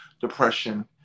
depression